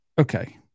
Okay